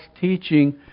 teaching